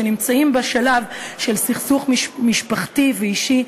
שנמצאים בשלב של סכסוך משפחתי ואישי,